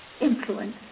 influence